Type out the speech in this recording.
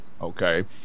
Okay